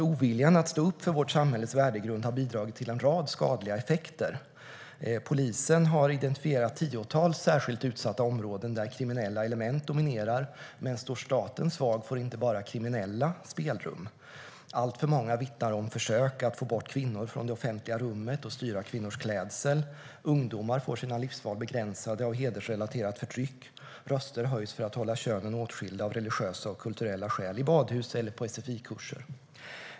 Oviljan att stå upp för vårt samhälles värdegrund har gett en rad skadliga effekter. Polisen har identifierat tiotals särskilt utsatta områden där kriminella element dominerar. Men står staten svag får inte bara kriminella spelrum. Alltför många vittnar om försök att få bort kvinnor från det offentliga rummet och styra kvinnors klädsel. Ungdomar får sina livsval begränsade av hedersrelaterat förtryck. Röster höjs för att hålla könen åtskilda av religiösa och kulturella skäl i badhus eller på sfi-kurser.